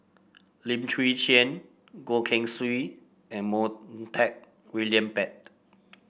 Lim Chwee Chian Goh Keng Swee and Montague William Pett